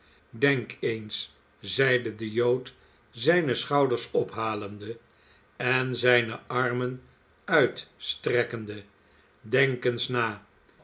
denk eens zeide de jood zijne schouders ophalende en zijne armen uitstrekkende denk eens na